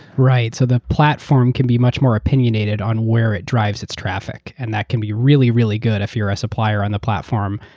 right. so the platform can be much more opinionated on where it drives its traffic, and that can be really really good if youaeurre a supplier on the platform.